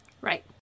Right